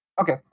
Okay